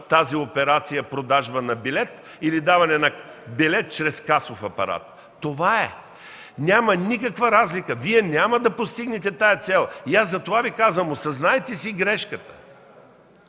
извършва продажба на билет или даване на билет чрез касов апарат. Това е. Няма никаква разлика. Вие няма да постигнете тази цел. Затова Ви казвам – осъзнайте си грешката!